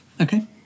Okay